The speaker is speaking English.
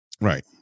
Right